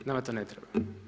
Nama to ne treba.